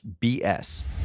BS